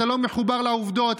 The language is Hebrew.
אתה לא מחובר לעובדות,